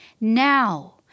Now